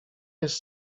jest